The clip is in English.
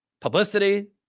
Publicity